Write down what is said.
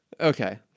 Okay